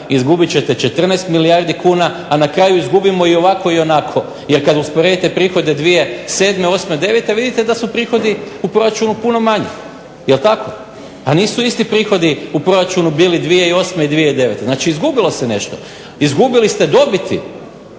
izgubit ćete 14 milijardi kuna, a na kraju izgubimo i ovako i onako, jer kada usporedite prihode 2007., osme, devete, vidite da su prihodi u proračunu puno manji, jel tako. A nisu isti prihodi bili u proračunu 2008., 2009. Znači izgubilo se nešto, izgubili ste dobiti.